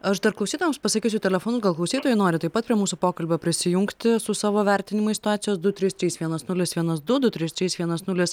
aš dar klausytojams pasakysiu telefonu gal klausytojai nori taip pat prie mūsų pokalbio prisijungti su savo vertinimais situacijos du trys trys vienas nulis vienas du du trys trys vienas nulis